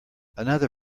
another